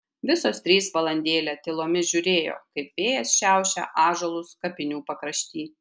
visos trys valandėlę tylomis žiūrėjo kaip vėjas šiaušia ąžuolus kapinių pakrašty